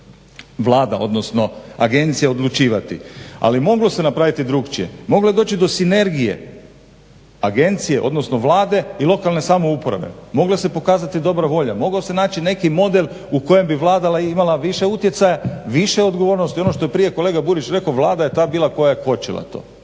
Vlada odnosno agencija odlučivati, ali moglo se napraviti drugačije. Moglo je doći do sinergije Agencije odnosno Vlade i lokalne samouprave, mogla se pokazati dobra volja, mogao se naći neki model u kojem bi Vlada imala više utjecaja, više odgovornosti, ono što je prije kolega Burić rekao, Vlada je ta bila koja je kočila to.